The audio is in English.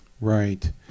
Right